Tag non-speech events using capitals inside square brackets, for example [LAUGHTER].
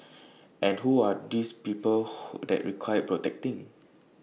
and who are these people [NOISE] that require protecting